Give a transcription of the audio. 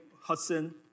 Hudson